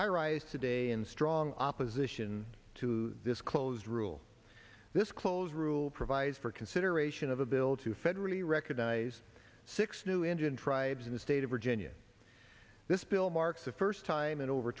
i rise today in strong opposition to this close rule this close rule provides for consideration of a bill to federally recognized six new engine tribes in the state of virginia this bill marks the first time in over